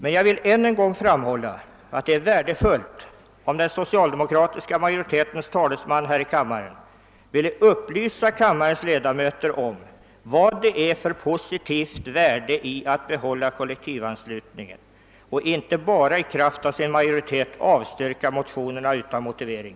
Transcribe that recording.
Men jag vill ännu en gång framhålla att det vore värdefullt om den socialdemokratiska majoritetens talesman här i kammaren kunde upplysa kammarens ledamöter om vad det ligger för positivt värde i att behålla kollektivanslutningen och att man inte bara i kraft av sin majoritet avstyrker motionerna utan motivering.